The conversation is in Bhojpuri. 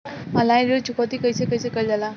ऑनलाइन ऋण चुकौती कइसे कइसे कइल जाला?